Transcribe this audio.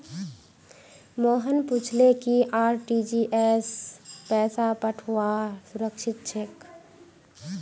मोहन पूछले कि आर.टी.जी.एस स पैसा पठऔव्वा सुरक्षित छेक